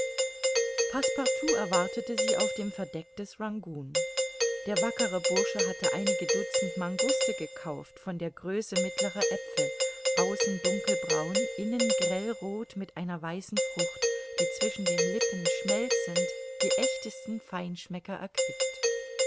passepartout erwartete sie auf dem verdeck des rangoon der wackere bursche hatte einige dutzend manguste gekauft von der größe mittlerer aepfel außen dunkelbraun innen grell roth mit einer weißen frucht die zwischen den lippen schmelzend die echtesten feinschmecker erquickt